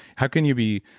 how can you be.